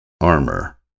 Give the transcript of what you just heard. Armor